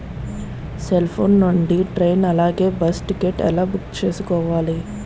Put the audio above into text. Cell phone నుండి train అలాగే bus ticket ఎలా బుక్ చేసుకోవాలి?